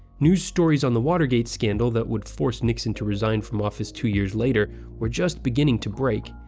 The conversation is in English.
news stories on the watergate scandal that would force nixon to resign from office two years later were just beginning to break.